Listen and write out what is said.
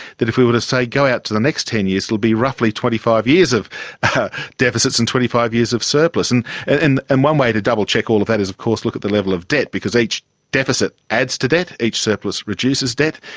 that if we were to, say, go out to the next ten years, it will be roughly twenty five years of deficits and twenty five years of surplus. and and and and one way to double-check all of that is to of course look at the level of debt because each deficit adds to debt, each surplus reduces debt.